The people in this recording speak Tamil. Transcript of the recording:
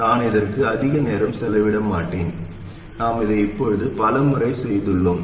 நான் இதற்கு அதிக நேரம் செலவிட மாட்டேன் நாம் இதை இப்போது பல முறை செய்துள்ளோம்